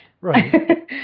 right